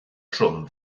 trwm